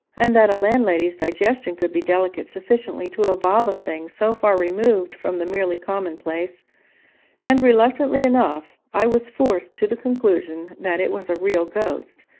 and that a landlady's digestion could be delicate sufficiently to evolve a thing so far removed from the merely commonplace and, reluctantly enough, i was forced to the conclusion that it was a real ghost,